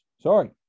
Sorry